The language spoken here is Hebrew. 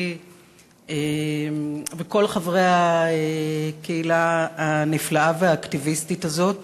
בי וכל חברי הקהילה הנפלאה והאקטיביסטית הזאת.